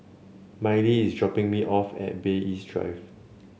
Miley is dropping me off at Bay East Drive